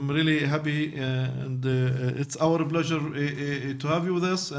אני מאוד שמח שאתה פה איתנו, הבמה לרשותך.